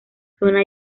zona